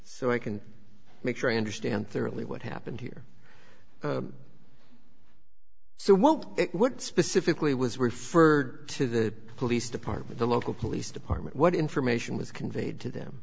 so i can make sure i understand thoroughly what happened here so what specifically was referred to the police department the local police department what information was conveyed to them